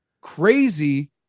Crazy